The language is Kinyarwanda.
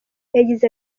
yagize